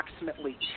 approximately